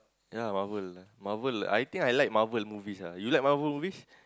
ya Marvel ah Marvel I think I like Marvel movies ah you like Marvel movies